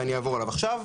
ואני אעבור עליו עכשיו.